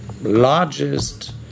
largest